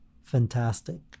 fantastic